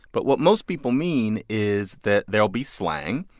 but what most people mean is that there'll be slang,